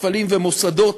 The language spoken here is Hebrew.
מפעלים ומוסדות.